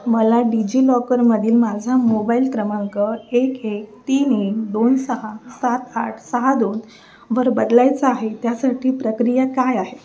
मला डिजिलॉकरमधील माझा मोबाईल क्रमांक एक एक तीन एक दोन सहा सात आठ सहा दोन वर बदलायचा आहे त्यासाठी प्रक्रिया काय आहे